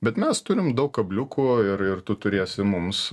bet mes turim daug kabliukų ir ir tu turėsi mums